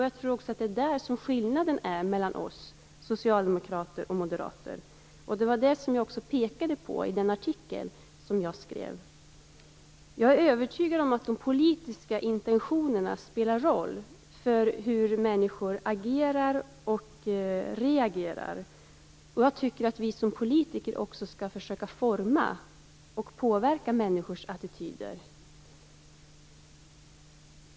Jag tror också att det är där som skillnaden mellan socialdemokrater och moderater ligger. Det pekade jag också på i den artikel som jag skrev. Jag är övertygad om att de politiska intentionerna spelar roll för hur människor agerar och reagerar. Jag tycker att vi som politiker också skall försöka forma och påverka människors attityder.